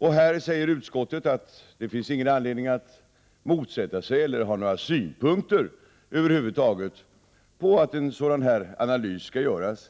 I utskottet säger man att det inte finns någon anledning att motsätta sig eller över huvud taget ha några synpunkter på att en sådan analys skall göras.